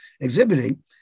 exhibiting